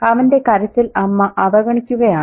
അവന്റെ കരച്ചിൽ അമ്മ അവഗണിക്കുകയാണ്